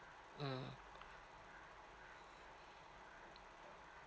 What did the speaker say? mm